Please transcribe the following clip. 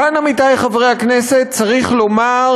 כאן, עמיתי חברי הכנסת, צריך לומר